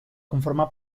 conforma